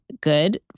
good